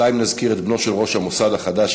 די אם נזכיר את בנו של ראש המוסד החדש,